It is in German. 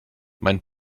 mein